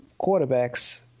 quarterbacks